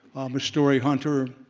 i'm a story hunter,